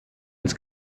ins